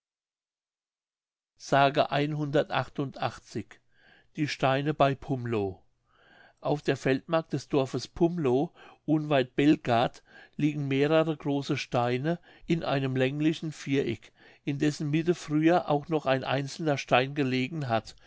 die steine bei pumlow auf der feldmark des dorfes pumlow unweit belgard liegen mehrere große steine in einem länglichen viereck in dessen mitte früher auch noch ein einzelner stein gelegen hat